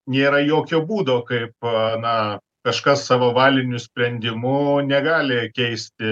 nėra jokio būdo kaip a na kažkas savo valiniu sprendimu negali keisti